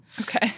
Okay